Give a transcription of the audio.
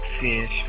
Fish